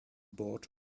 bord